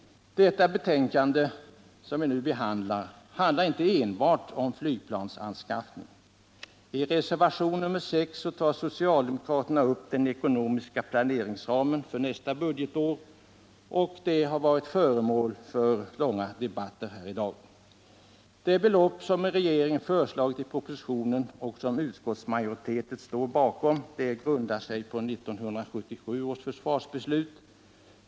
Det betänkande vi nu diskuterar handlar inte enbart om flygplansanskaffning. I reservation nr 6 tar socialdemokraterna upp den ekonomiska planeringsramen för nästa budgetår, en fråga som har varit föremål för långa debatter i dag. Det belopp som regeringen föreslagit i propositionen och som utskottsmajoriteten står bakom grundar sig på 1977 års försvarsbeslut.